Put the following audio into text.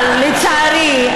אבל לצערי,